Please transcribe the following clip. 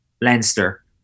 Leinster